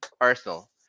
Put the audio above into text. Arsenal